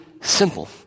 simple